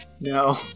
no